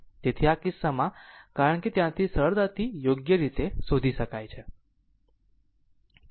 તેથી આ કિસ્સામાં કારણ કે ત્યાંથી સરળતાથી યોગ્ય શોધી શકાય છે